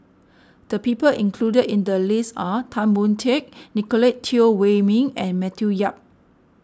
the people included in the list are Tan Boon Teik Nicolette Teo Wei Min and Matthew Yap